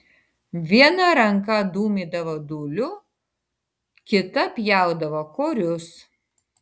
viena ranka dūmydavo dūliu kita pjaudavo korius